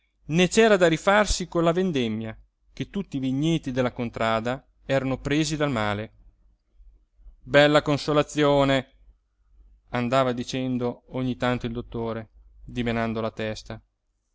né c'era da rifarsi con la vendemmia ché tutti i vigneti della contrada erano presi dal male bella consolazione andava dicendo ogni tanto il dottore dimenando la testa